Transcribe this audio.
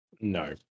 No